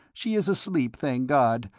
she is asleep, thank god.